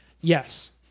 Yes